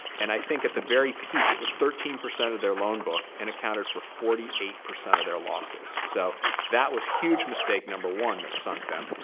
and i think at the very peak, it was thirteen percent of their loan book and accounted for forty eight percent of their losses. so that was huge mistake number one that sunk them.